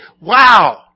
Wow